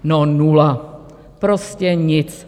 No, nula, prostě nic.